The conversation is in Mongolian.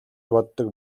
боддог